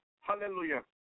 Hallelujah